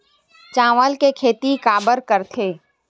चावल के खेती काबर करथे?